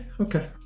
okay